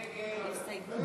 על ההסתייגות, שהיא, נגד.